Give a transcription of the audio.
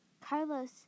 Carlos